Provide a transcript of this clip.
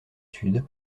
sud